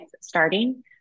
starting